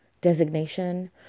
designation